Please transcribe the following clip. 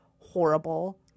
Horrible